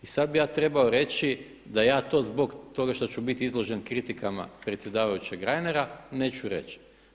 I sad bih ja trebao reći da ja to zbog toga što ću bit izložen kritikama predsjedavajućeg Reinera neću reći.